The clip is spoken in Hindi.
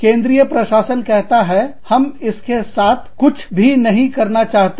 केंद्रीय प्रशासन कहता है हम इसके साथ कुछ भी नहीं करना चाहते हैं